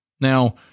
Now